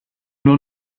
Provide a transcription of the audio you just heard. nur